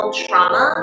trauma